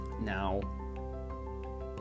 Now